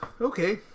Okay